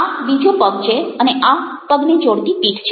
આ બીજો પગ છે અને આ પગને જોડતી પીઠ છે